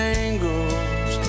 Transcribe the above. angles